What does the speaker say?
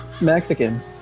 Mexican